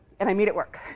and i made it work.